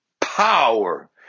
power